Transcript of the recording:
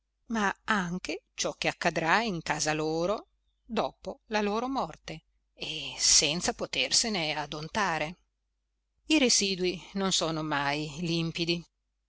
ma anche ciò che accadrà in casa loro dopo la loro morte e senza potersene adontare i residui non sono mai limpidi